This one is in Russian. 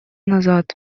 назад